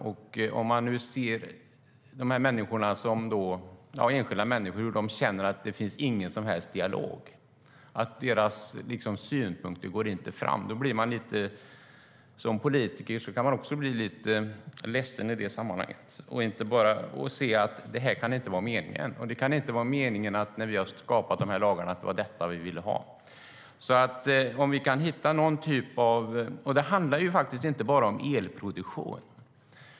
Och nu ser man enskilda människor som känner att det inte finns någon som helst dialog, att deras synpunkter inte går fram. I det sammanhanget kan man som politiker bli lite ledsen. Man ser att detta inte kan vara meningen. Det kan inte vara detta som vi ville ha när vi skapade de här lagarna. Detta handlar dessutom inte bara om elproduktion.